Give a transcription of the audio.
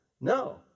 No